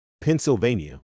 Pennsylvania